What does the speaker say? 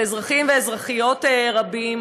של אזרחים ואזרחיות רבים,